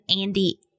Andy